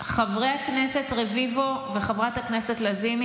חבר הכנסת רביבו וחברת הכנסת לזימי,